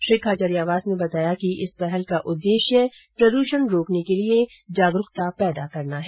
श्री खाचरियावास ने बताया कि इस पहल का उद्देश्य प्रदूषण रोकने के लिए जागरूकता पैदा करना है